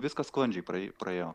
viskas sklandžiai praė praėjo